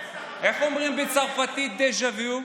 איך אומרים בצרפתית דז'ה וו?